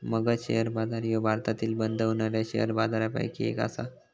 Magadh share बाजार ह्यो भारतातील बंद होणाऱ्या शेअर बाजारपैकी एक आसा